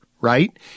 right